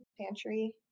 pantry